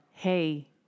hey